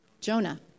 Jonah